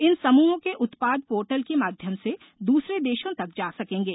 इन समूहों के उत्पाद पोर्टल के माध्यम से दूसरे देशों तक जा सकेंगे